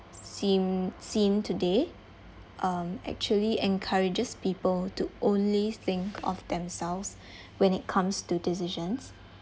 seen seen today um actually encourages people to only think of themselves when it comes to decisions